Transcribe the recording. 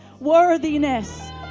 worthiness